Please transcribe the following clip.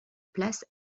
place